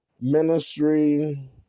ministry